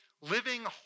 living